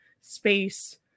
space